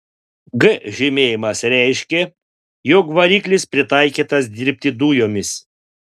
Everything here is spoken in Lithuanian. g žymėjimas reiškė jog variklis pritaikytas dirbti dujomis